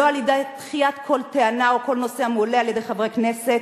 על-ידי דחיית כל טענה או כל נושא המועלה על-ידי חברי כנסת,